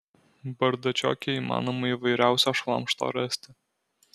bardačioke įmanoma įvairiausio šlamšto rasti